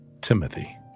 Timothy